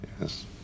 Yes